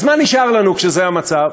אז מה נשאר לנו, כשזה המצב?